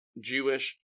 Jewish